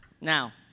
now